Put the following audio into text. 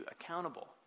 accountable